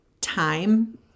time